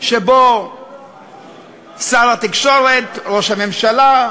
שבו שר התקשורת ראש הממשלה,